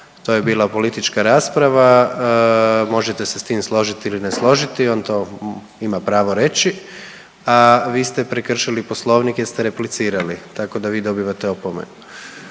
to je bila politička rasprava, možete se s tim složiti ili ne složiti, on to ima pravo reći. A vi ste prekršili poslovnik jel ste replicirali tako da vi dobivate opomenu.